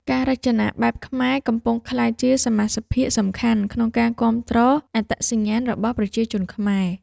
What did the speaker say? ការរចនាបែបខ្មែរកំពុងក្លាយជាសមាសភាគសំខាន់ក្នុងការគាំទ្រអត្តសញ្ញាណរបស់ប្រជាជនខ្មែរ។